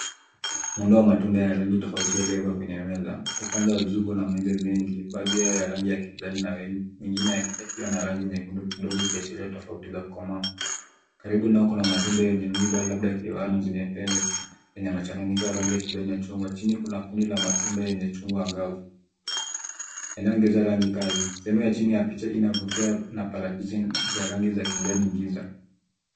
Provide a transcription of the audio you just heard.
Muundo wa matunda ya rangi tofauti yaliyowekwa kwenye meza. Upande wa juu kuna maembe mengi, baadhi yao ya rangi ya kijani na mengine yakiwa na rangi nyekundu kidogo ikiashiria tofauti za kukomaa. Karibu nao kuna matunda yenye miba labda yakioana na zenye pembe, yenye machanganyikio ya rangi ya kijani na chungwa. Chini kuna kundi la matunda yenye chungwa angavu inayoongezewa rangi kali. Sehemu ya chini ya picha inavutia na parachichi za rangi za kijani giza.